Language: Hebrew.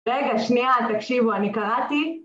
רגע, שנייה, תקשיבו, אני קראתי.